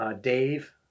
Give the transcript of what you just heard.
Dave